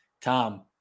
Tom